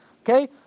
Okay